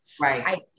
Right